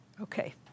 Okay